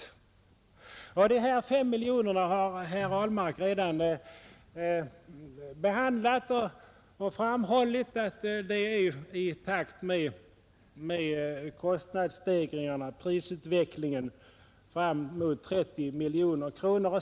Herr Ahlmark har redan talat om förslaget om ett grundbidrag på 5 miljoner kronor; och att det var i överensstämmelse med kostnadsstegringar och prisutveckling att höja anslaget till bortåt 30 miljoner.